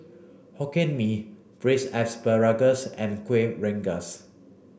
Hokkien Mee braised asparagus and Kueh Rengas